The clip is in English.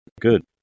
good